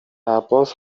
عباس